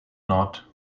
not